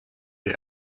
the